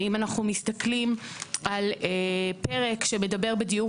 אם אנחנו מסתכלים על פרק שמדבר על דירה